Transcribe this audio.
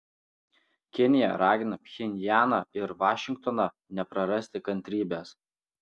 kinija ragina pchenjaną ir vašingtoną neprarasti kantrybės